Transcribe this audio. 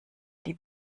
die